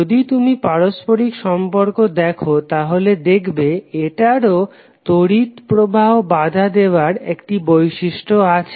যদি তুমি পারস্পরিক সম্পর্ক দেখো তাহলে দেখবে এটারও তড়িৎ প্রবাহ বাধা দেবার একটি বৈশিষ্ট্য আছে